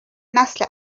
نسل